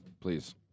please